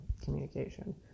communication